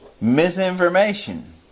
misinformation